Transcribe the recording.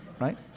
right